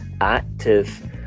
active